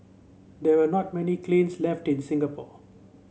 there are not many kilns left in Singapore